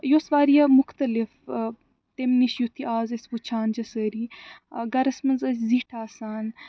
یہِ اوس وارِیاہ مختلف تَمہِ نِش یُتھ یہِ آز أسۍ وٕچھان چھِ سٲری گرس منٛز أسۍ زِٹھۍ آسان